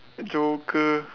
joker